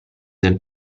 del